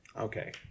okay